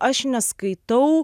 aš neskaitau